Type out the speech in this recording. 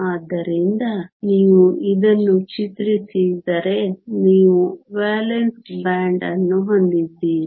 ಆದ್ದರಿಂದ ನೀವು ಇದನ್ನು ಚಿತ್ರಿಸಿದರೆ ನೀವು ವೇಲೆನ್ಸ್ ಬ್ಯಾಂಡ್ ಅನ್ನು ಹೊಂದಿದ್ದೀರಿ